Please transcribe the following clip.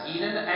Eden